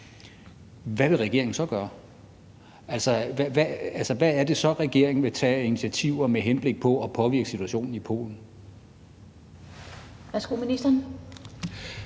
Hvad vil regeringen så gøre? Hvad er det så, regeringen vil tage af initiativer med henblik på at påvirke situationen i Polen? Kl. 17:28 Den